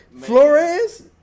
Flores